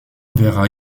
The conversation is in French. vers